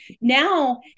now